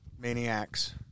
maniacs